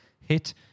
hit